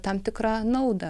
a tam tikra naudą